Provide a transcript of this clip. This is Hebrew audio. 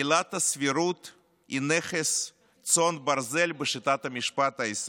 עילת הסבירות היא נכס צאן ברזל בשיטת המשפט הישראלית.